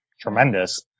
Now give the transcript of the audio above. tremendous